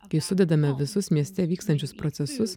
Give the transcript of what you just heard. kai sudedame visus mieste vykstančius procesus